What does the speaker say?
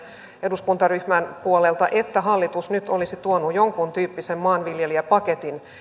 eduskuntaryhmän puolelta että hallitus nyt olisi tuonut jonkuntyyppisen maanviljelijäpaketin